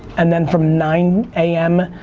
and then from nine am,